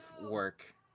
work